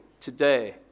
today